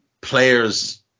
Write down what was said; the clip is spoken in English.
players